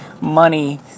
money